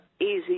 easy